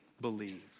believe